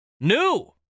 New